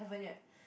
haven't yet